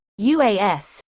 UAS